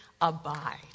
abide